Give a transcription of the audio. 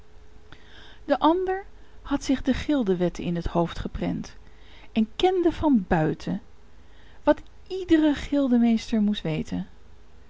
de ander had zich de gildewetten in het hoofd geprent en kende van buiten wat iedere gildemeester moet weten